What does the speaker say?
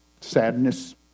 sadness